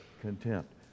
contempt